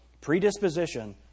predisposition